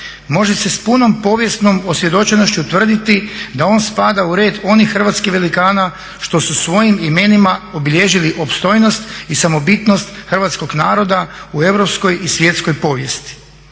može se s punom povijesnom osvjedočenošću tvrditi da on spada u red onih hrvatskih velikana što su svojim imenima obilježili opstojnost i samobitnost hrvatskog naroda u europskoj i svjetskoj povijesti2.